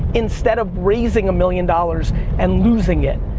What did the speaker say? instead of raising a million dollars and losing it.